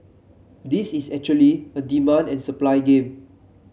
this is actually a demand and supply game